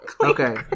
okay